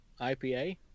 IPA